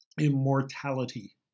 immortality